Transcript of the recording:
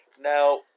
Now